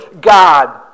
God